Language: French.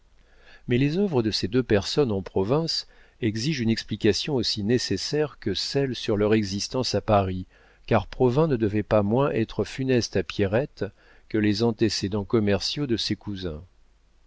mais les œuvres de ces deux personnes en province exigent une explication aussi nécessaire que celle sur leur existence à paris car provins ne devait pas moins être funeste à pierrette que les antécédents commerciaux de ses cousins